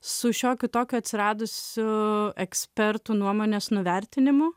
su šiokiu tokiu atsiradusiu ekspertų nuomonės nuvertinimu